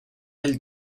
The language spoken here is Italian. del